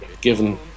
given